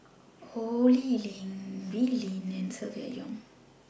Ho Lee Ling Wee Lin and Silvia Yong